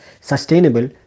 sustainable